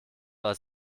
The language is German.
war